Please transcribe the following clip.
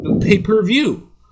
pay-per-view